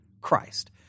Christ